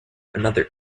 another